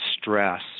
stress